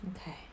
Okay